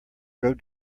drove